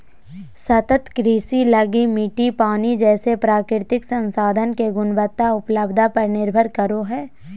सतत कृषि लगी मिट्टी, पानी जैसे प्राकृतिक संसाधन के गुणवत्ता, उपलब्धता पर निर्भर करो हइ